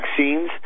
vaccines